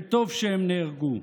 וטוב שהם נהרגו,